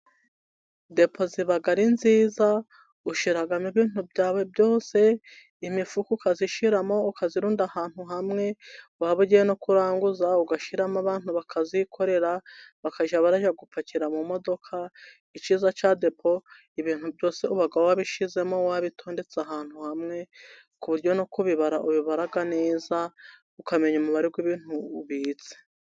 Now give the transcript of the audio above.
Depo iba ari nziza ushira ibintu byawe byose, imifuka ukazishiramo ukazirunda ahantu hamwe, waba ugiye no kuranguza ugashiramo abantu bakazikorera bakajya barajya kuzipakira mu modoka, ikiza cya depo ibintu byose uba wabishizemo, wabitondetse ahantu hamwe ku buryo no kubibara ubara neza ukamenya umubare w'ibintu ubitse.